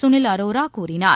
சுனில் அரோரா கூறினார்